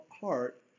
heart